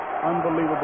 unbelievable